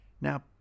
now